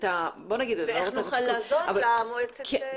--- ואיך נוכל לעזור למועצת ג'דידה מכר.